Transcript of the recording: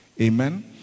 Amen